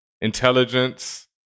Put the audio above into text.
Intelligence